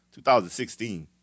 2016